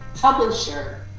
publisher